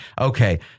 Okay